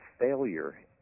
failure